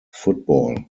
football